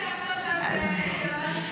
למדת פיזיקה.